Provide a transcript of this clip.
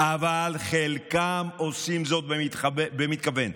אבל חלקם עושים זאת במתכוון.